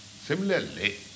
Similarly